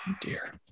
Dear